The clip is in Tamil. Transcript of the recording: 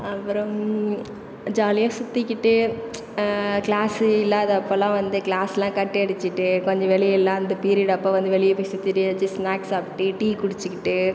அப்புறம் ஜாலியாக சுற்றிக்கிட்டு கிளாஸ் இல்லாத அப்போலாம் வந்து கிளாஸ்லாம் கட் அடிச்சிகிட்டு கொஞ்சம் வெளியேலாம் அந்த பீரியட் அப்போ வெளியே போய் சுற்றிட்டு ஏதாச்சும் ஸ்நாக்ஸ் சாப்பிட்டு டீ குடிச்சிக்கிட்டு